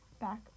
back